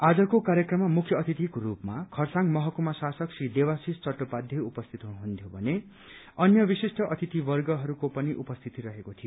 आजको कार्यक्रममा मुख्य अतिथिको रूपमा खरसाङ महकुमा शासक श्री देवाशिष चट्टोपाध्याय उपस्थित हुनुहुन्थ्यो भने अन्य विशिष्ठ अतिथिवर्गहरूको पनि उपस्थिति रहेको थियो